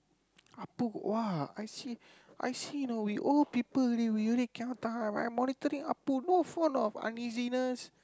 Appu !wah! I see I see you know we old people already we really cannot tahan I monitoring Appu no form of uneasiness